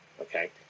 Okay